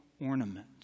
ornament